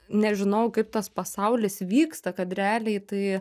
nežinojau kaip tas pasaulis vyksta kad realiai tai